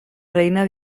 reina